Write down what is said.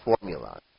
formula